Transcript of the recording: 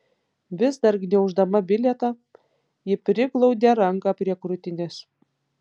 vis dar gniauždama bilietą ji priglaudė ranką prie krūtinės